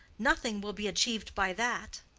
nothing will be achieved by that.